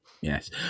Yes